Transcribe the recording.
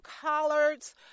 collards